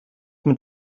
mit